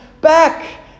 back